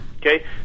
Okay